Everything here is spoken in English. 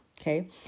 okay